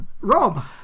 Rob